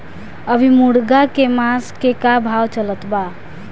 अभी मुर्गा के मांस के का भाव चलत बा?